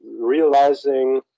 realizing